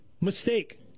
mistake